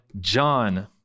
John